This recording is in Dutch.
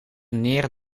neer